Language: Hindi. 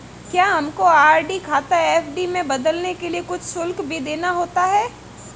क्या हमको आर.डी खाता एफ.डी में बदलने के लिए कुछ शुल्क भी देना होता है?